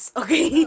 okay